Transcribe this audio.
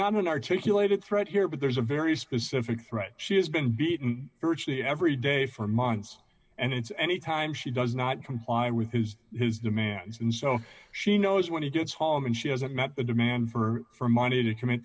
not an articulated threat here but there's a very specific threat she has been beaten virtually every day for months and it's any time she does not comply with his demands and so she knows when he gets home and she hasn't met the demand for money to commit